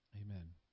Amen